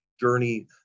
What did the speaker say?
journey